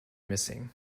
missing